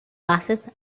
bases